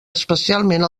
especialment